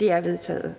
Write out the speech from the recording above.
Det er vedtaget.